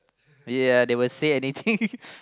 ya they will say anything